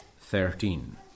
thirteen